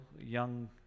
young